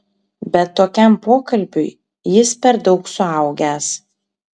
bet tokiam pokalbiui jis per daug suaugęs